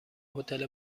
هتل